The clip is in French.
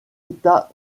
états